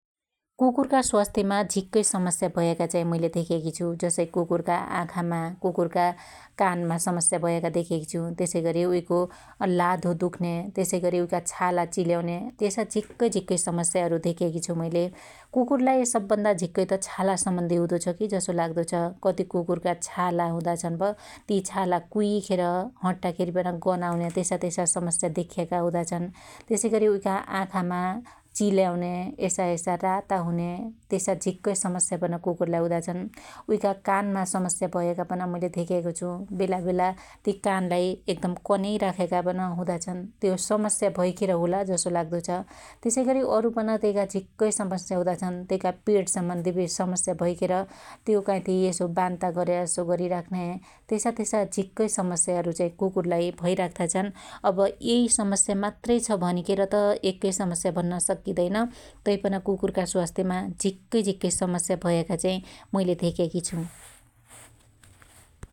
कुकुरका स्वास्थ्यमा झीक्कै समस्या भयाका चाहि मैले धेक्याकि छु । जसै कुकुरका ,आँखामा कुकुरका काममा समस्या देख्याकी छु । त्यसैगरी उइको लाधो दुख्न्या त्यसैगरी उइका छाला चिल्याउन्या त्यसा झीक्कै झीक्कै समस्याहरु धेक्याकी छु मुइले । कुकुरलाई सबै भन्दा झीक्कै त छाला सम्बन्धि हुदो छकि जसो लाग्दो छ । कति कुकुरका छाला हुदा छन प ती ती छाला कुउइखेर हट्टाखेरी पन गन आउन्या त्यसा त्यसा समस्या देख्याका हुदा छन् । त्यसैगरी उइका आँखामा चिल्याउन्या यसायसा राता हुन्या त्यसा झिक्कै समस्या पन कुकुरलाई हुदा छन् । उइका कानमा समस्या भयाका पन मुइले धेक्याको छु । बेलाबेला ती कानलाई एकदम कन्याइ राख्याका पन हुदाछन् त्यो समस्या भैखेर होला जसो लाग्दो छ । त्यसैगरी अरु पन त्यइका झीक्कै समस्या हुदा छन् । त्यइका पेट सम्बन्धि समस्या भैखेर त्यो काइथी यसो बान्ता गर्या जसो गरिराख्न्या त्यसा त्यसा झीक्कै झीक्कै समस्याहरु चाहि कुकुरलाई भैराख्ता छन् । अब यइ समस्या मात्रै छ भनिखेर त एक्कै समस्या भन्न सक्कीदैन तैपन कुकुरका स्वास्थ्यमा झिक्कै झिक्कै समस्या भयाका चाहि मुइले धेक्याकी छु ।